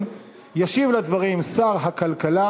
405,